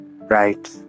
right